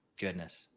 Goodness